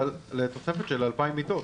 לתוספת של 2,000 מיטות.